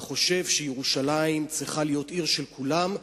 וחושב שירושלים צריכה להיות עיר של כולם,